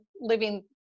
living